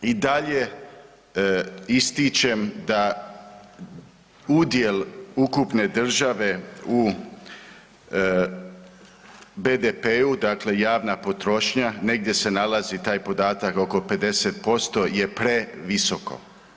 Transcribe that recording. I dalje ističem da udjel ukupne države u BDP-u, dakle javna potrošnja, negdje se nalazi taj podatak, oko 50% je previsoko.